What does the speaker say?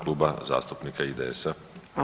Kluba zastupnika IDS-a.